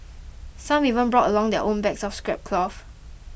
some even brought along their own bags of scrap cloth